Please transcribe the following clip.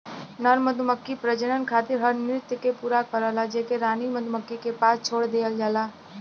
नर मधुमक्खी प्रजनन खातिर हर नृत्य के पूरा करला जेके रानी मधुमक्खी के पास छोड़ देहल जाला